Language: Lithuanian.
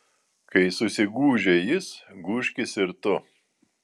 kai susigūžia jis gūžkis ir tu